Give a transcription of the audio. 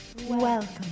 Welcome